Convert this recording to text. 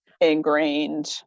ingrained